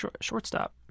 shortstop